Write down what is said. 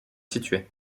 située